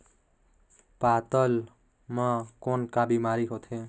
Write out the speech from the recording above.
पातल म कौन का बीमारी होथे?